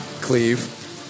Cleave